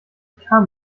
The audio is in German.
kam